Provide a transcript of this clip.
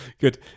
good